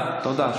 תודה.